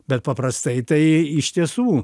bet paprastai tai iš tiesų